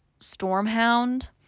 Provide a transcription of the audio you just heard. Stormhound